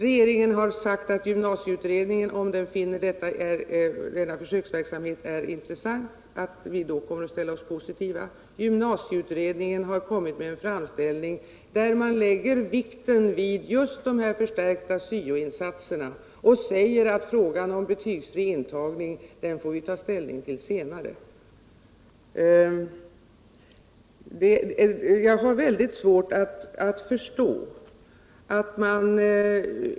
Regeringen kommer att ställa sig positiv om gymnasieutredningen finner att denna försöksverksamhet är intressant. Gymnasieutredningen har kommit med en framställning där man lägger vikten vid just dessa förstärka SYO-insatser och säger att man senare får ta ställning till frågan om betygsfri intagning.